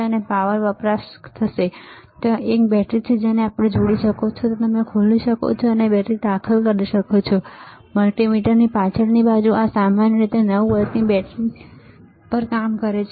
તે પાવરનો વપરાશ કરશે ત્યાં એક બેટરી છે જેને તમે જોડી શકો છો તમે તેને ખોલી શકો છો અને તમે બેટરી દાખલ કરી શકો છો અને મલ્ટિમીટરની પાછળની બાજુ આ સામાન્ય રીતે 9 વોલ્ટની બેટરી પર કામ કરે છે